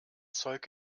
zeug